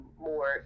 more